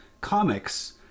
comics